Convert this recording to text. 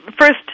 first